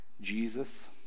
Jesus